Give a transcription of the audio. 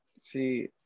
see